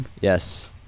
Yes